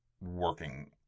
working